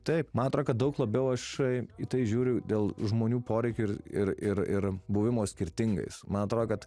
taip man atrodo kad daug labiau aš į tai žiūriu dėl žmonių poreikių ir ir ir ir buvimo skirtingais man atrodo kad